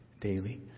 daily